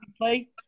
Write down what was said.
play